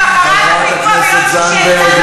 חבר הכנסת עמר בר-לב, לא נמצא.